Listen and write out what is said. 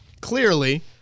clearly